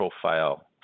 profile